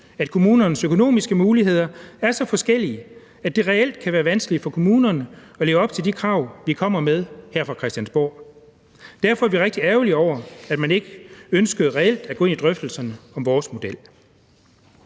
at kommunernes økonomiske muligheder er så forskellige, at det reelt kan være vanskeligt for kommunerne at leve op til de krav, vi kommer med her fra Christiansborg. Derfor er vi rigtig ærgerlige over, at man ikke ønskede reelt at gå ind i drøftelserne om vores model.